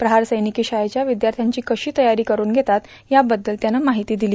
प्रहार सैनिकी शाळेच्या विद्यार्थ्यांची कशी तयारी करून घेतात याबद्दल त्यानं माहिती दिली